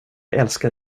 älskar